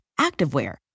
activewear